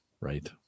Right